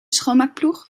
schoonmaakploeg